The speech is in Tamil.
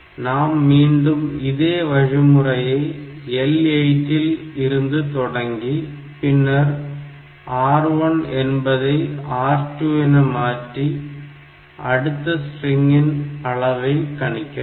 நாம் மீண்டும் இதே வழிமுறையை L8 இல் இருந்து தொடங்கி பின்னர் R1 என்பதை R2 என மாற்றி அடுத்த ஸ்ட்ரிங்கின் அளவை கணிக்கலாம்